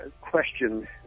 question